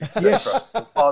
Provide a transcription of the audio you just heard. Yes